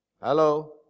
Hello